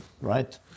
right